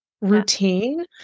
routine